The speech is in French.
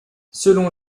selon